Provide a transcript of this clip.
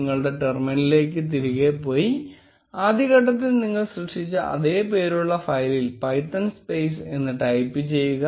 നിങ്ങളുടെ ടെർമിനലിലേക്ക് തിരികെ പോയി ആദ്യ ഘട്ടത്തിൽ നിങ്ങൾ സൃഷ്ടിച്ച അതേ പേരുള്ള ഫയലിൽ പൈത്തൺ സ്പെയ്സ് എന്ന് ടൈപ്പ് ചെയ്യുക